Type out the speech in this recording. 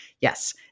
yes